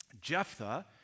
Jephthah